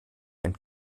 ein